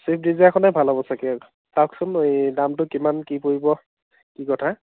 Swift ডিজায়াৰখনেই ভাল হ'ব চাগৈ চাওকচোন এই দামটো কিমান কি পৰিব কি কথা